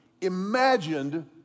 imagined